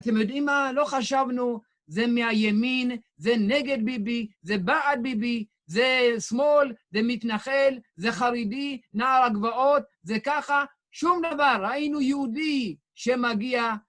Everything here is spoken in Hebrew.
אתם יודעים מה? לא חשבנו, זה מהימין, זה נגד ביבי, זה בעד ביבי, זה שמאל, זה מתנחל, זה חרדי, נער הגבעות, זה ככה, שום דבר, היינו יהודי שמגיע.